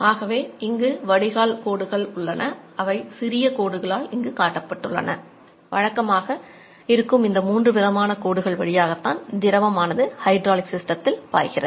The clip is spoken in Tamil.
ஆகவே இங்கு வடிகால் கோடுகள் ஹைட்ராலிக் சிஸ்டத்தில் பாய்கிறது